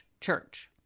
church